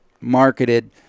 marketed